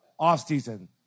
offseason